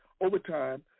overtime